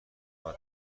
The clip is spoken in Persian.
آدم